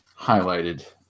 highlighted